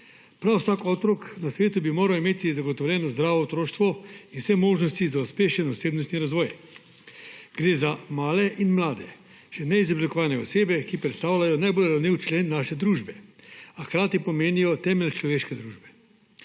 Prav vsak otrok na svetu bi moral imeti zagotovljeno zdravo otroštvo in vse možnosti za uspešen osebnostni razvoj. Gre za male in mlade, še neizoblikovane osebe, ki predstavljajo najbolj ranljiv naše družbe, a hkrati pomenijo temelj človeške družbe.